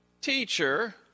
Teacher